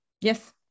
Yes